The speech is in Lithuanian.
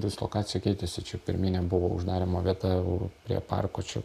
dislokacija keitėsi čia pirminė buvo uždarymo vieta prie parko čia